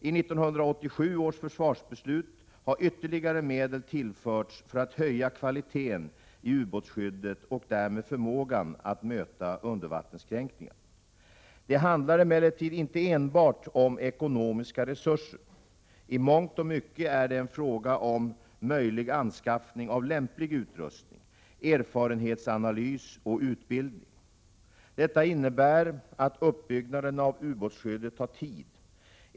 I 1987 års försvarsbeslut har ytterligare medel tillförts för att höja kvaliteten i ubåtsskyddet och därmed förmågan att möta undervattenskränkningar. Det handlar emellertid inte enbart om ekonomiska resurser. I mångt och mycket är det en fråga om möjlig anskaffning av lämplig utrustning, erfarenhetsanalys och utbildning. Detta innebär att uppbyggnaden av ubåtsskyddet tar tid.